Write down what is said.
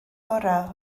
gorau